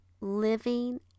living